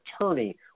attorney